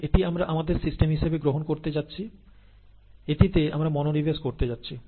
এটি আমরা আমাদের সিস্টেম হিসেবে গ্রহণ করতে যাচ্ছি এটিতে আমরা মনোনিবেশ করতে যাচ্ছি